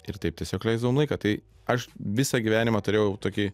ir taip tiesiog leisdavom laiką tai aš visą gyvenimą turėjau tokį